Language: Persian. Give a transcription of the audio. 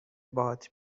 باهات